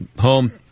home